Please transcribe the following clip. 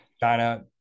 China